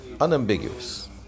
unambiguous